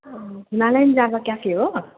नारायण दादाको क्याफे हो